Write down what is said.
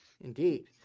indeed